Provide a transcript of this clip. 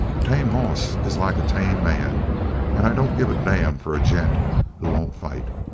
a tame hoss is like a tame man and i don't give a damn for a gent who won't fight.